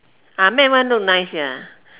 ah matte one look nice ya